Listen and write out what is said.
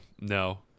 no